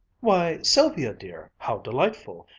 why, sylvia dear, how delightful!